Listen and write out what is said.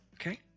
Okay